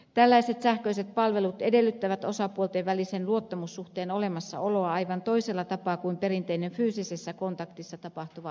tällaiset sähköiset palvelut edellyttävät osapuolten välisen luottamussuhteen olemassaoloa aivan toisella tapaa kuin perinteinen fyysisessä kontaktissa tapahtuva asioiminen